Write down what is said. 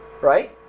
right